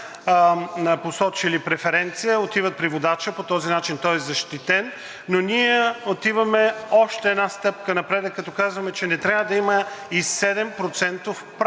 посочили преференция – отиват при водача, по този начин той е защитен. Но ние отиваме още една стъпка напред, като казваме, че не трябва да има и 7-процентов